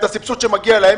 את הסבסוד שמגיע להם,